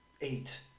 eight